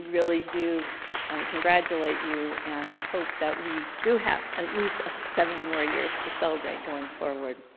really do congratulate you and hope that we do have at least seventy more years to celebrate going forward.